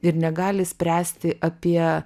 ir negali spręsti apie